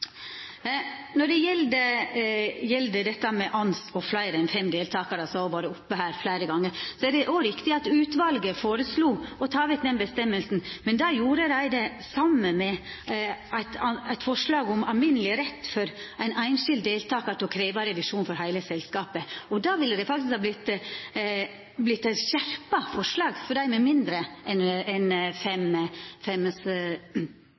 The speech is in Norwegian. Når det gjeld dette med ANS og fleire enn fem deltakarar – som har vore oppe her fleire gonger – er det riktig at utvalet foreslo å ta vekk den føresegna. Men dei foreslo det saman med eit forslag om alminneleg rett for ein einskild deltakar til å krevja revisjon for heile selskapet. Det ville faktisk vorte eit skjerpa forslag for dei med mindre enn fem